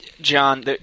John